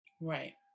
Right